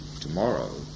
tomorrow